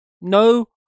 no